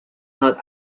not